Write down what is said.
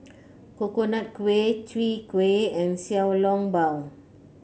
Coconut Kuih Chwee Kueh and Xiao Long Bao